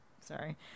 sorry